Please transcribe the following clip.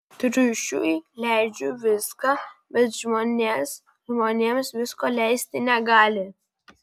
triušiui leidžiu viską bet žmonės žmonėms visko leisti negali